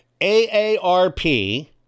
AARP